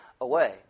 away